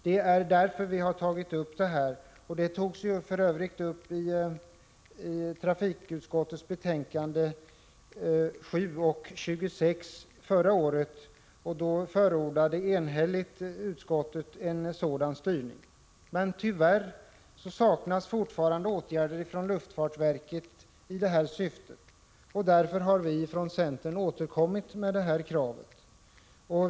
Det är därför vi har tagit upp detta. Frågan togs för övrigt upp i trafikutskottets betänkanden 7 och 26 förra året. Då förordade utskottet enhälligt en sådan styrning. Men tyvärr saknas fortfarande åtgärder från luftfartsverket i det här syftet, och därför har vi från centern återkommit med detta krav.